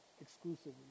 exclusively